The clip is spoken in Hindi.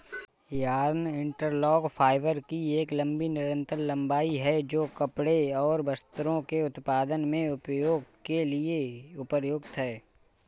यार्न इंटरलॉक फाइबर की एक लंबी निरंतर लंबाई है, जो कपड़े और वस्त्रों के उत्पादन में उपयोग के लिए उपयुक्त है